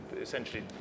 essentially